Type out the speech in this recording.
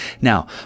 Now